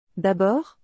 D'abord